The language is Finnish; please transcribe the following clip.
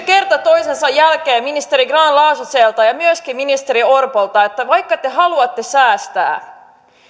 kerta toisensa jälkeen ministeri grahn laasoselta ja myöskin ministeri orpolta että jos te haluatte säästää